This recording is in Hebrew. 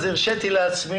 אז הרשיתי לעצמי.